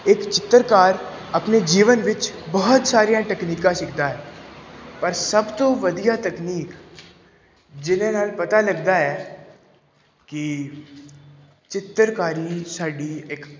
ਇੱਕ ਚਿੱਤਰਕਾਰ ਆਪਣੇ ਜੀਵਨ ਵਿੱਚ ਬਹੁਤ ਸਾਰੀਆਂ ਤਕਨੀਕਾਂ ਸਿੱਖਦਾ ਹੈ ਪਰ ਸਭ ਤੋਂ ਵਧੀਆ ਤਕਨੀਕ ਜਿਹਦੇ ਨਾਲ ਪਤਾ ਲੱਗਦਾ ਹੈ ਕਿ ਚਿੱਤਰਕਾਰੀ ਸਾਡੀ ਇੱਕ